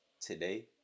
today